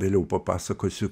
vėliau papasakosiu